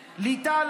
ראית את זה.